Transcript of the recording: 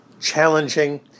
challenging